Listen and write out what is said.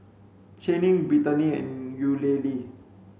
Channing Brittani and Eulalie